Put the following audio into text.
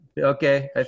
Okay